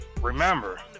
remember